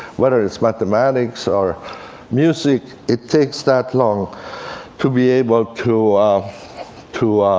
whether it's mathematics or music, it takes that long to be able to to